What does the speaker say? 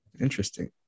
Interesting